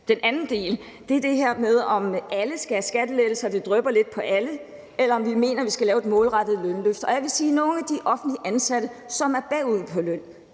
Den anden del af det er det her med, om alle skal have skattelettelser, og at det drypper lidt på alle, eller om vi mener, at vi skal lave et målrettet lønløft. Og jeg vil sige, at nogle af de offentligt ansatte, som er bagud i